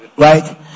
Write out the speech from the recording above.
Right